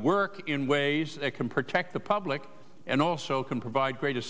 work in ways that can protect the public and also can provide greate